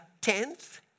tenth